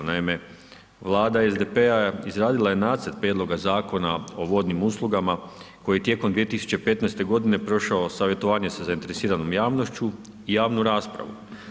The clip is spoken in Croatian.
Naime, Vlada SDP-a izradila je Nacrt prijedloga zakona o vodnim uslugama koji je tijekom 2015. godine prošao savjetovanje sa zainteresiranom javnošću, javnu raspravu.